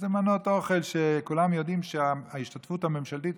שאלו מנות אוכל שכולם יודעים שההשתתפות הממשלתית